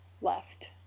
left